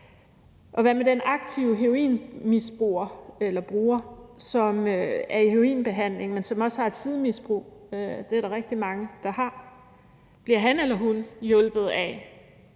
Og hvad med den aktive heroinbruger, som er i heroinbehandling, men som også har et sidemisbrug? Det er der rigtig mange der har. Bliver han eller hun hjulpet af,